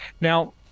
Now